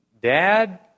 Dad